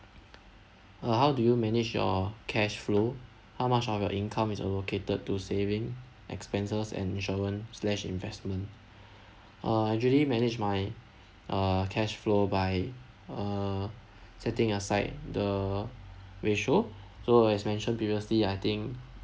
uh how do you manage your cash flow how much of your income is allocated to saving expenses and installment slashed investment uh I actually manage my uh cash flow by uh setting aside the ratio so as mentioned previously I think